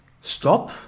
stop